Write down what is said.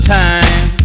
time